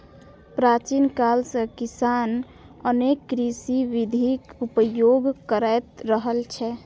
प्राचीन काल सं किसान अनेक कृषि विधिक उपयोग करैत रहल छै